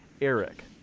Eric